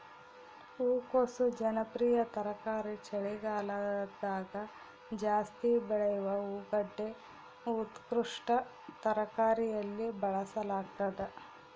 ಹೂಕೋಸು ಜನಪ್ರಿಯ ತರಕಾರಿ ಚಳಿಗಾಲದಗಜಾಸ್ತಿ ಬೆಳೆಯುವ ಹೂಗಡ್ಡೆ ಉತ್ಕೃಷ್ಟ ತರಕಾರಿಯಲ್ಲಿ ಬಳಸಲಾಗ್ತದ